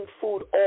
food